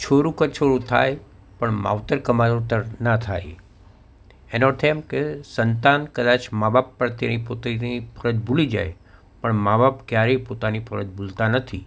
છોરુંં કછોરું થાય પણ માવતર કમાવતર ના થાય એનો અર્થ એમ કે સંતાન કદાચ મા બાપ પ્રત્યેની પોતાની ફરજ ભૂલી જાય પણ મા બાપ ક્યારેય પોતાની ફરજ ભૂલતાં નથી